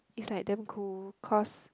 it's like damn cool cause